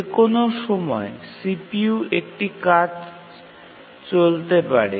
যে কোনও সময় CPU একটি কাজ চলতে পারে